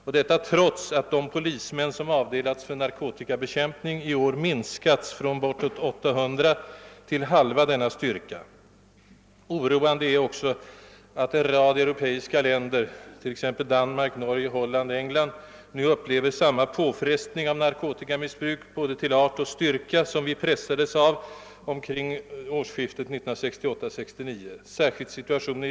Och detta trots att de polismän, som avdelats för narkotikabekämpning, i år minskats från bortåt 800 till halva denna styrka. Oroande är också att en rad andra europeiska länder, t.ex. Danmark, Norge, Holland och England, nu upplever samma påfrestning av narkotikamiss+ bruk både till art och till styrka, som den som vi hade att utstå omkring årsskiftet 1968—1969.